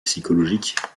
psychologique